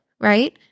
right